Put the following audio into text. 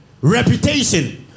reputation